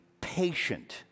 patient